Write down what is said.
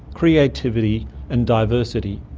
creativity and diversity.